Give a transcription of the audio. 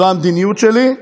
זאת המדיניות שלי,